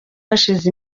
hashize